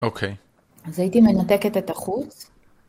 אוקיי, אז הייתי מנתקת את החוץ.